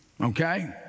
okay